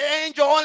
angel